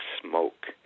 smoke